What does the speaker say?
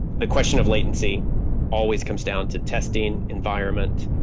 the question of latency always comes down to testing, environment,